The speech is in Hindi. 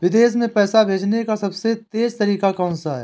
विदेश में पैसा भेजने का सबसे तेज़ तरीका कौनसा है?